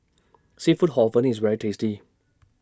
Seafood Hor Fun IS very tasty